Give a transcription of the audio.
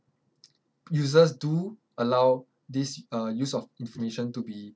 users do allow this uh use of information to be